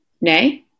Nay